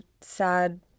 sad